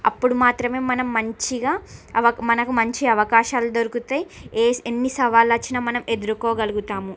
అప్పుడు మాత్రమే మనం మంచిగా అవకు మనకు మంచి అవకాశాలు దొరుకుతాయి ఏస్ ఎన్ని సవాళ్ళొచ్చినా మనం ఎదుర్కోగలుగుతాము